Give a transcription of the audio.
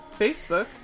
facebook